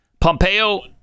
Pompeo